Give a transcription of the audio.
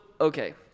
okay